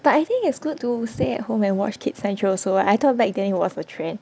but I think it's good to stay at home and watch Kids Central also I thought back then it was a trend